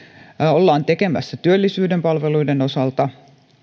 ollaan tekemässä työllisyyden palveluiden osalta